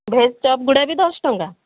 veg chop ଗୁଡ଼ା ବି ଦଶ ଟଙ୍କା